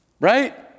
right